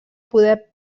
poder